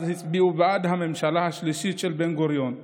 אז הצביעו בעד הממשלה השלישית של בן-גוריון.